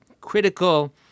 critical